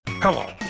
Hello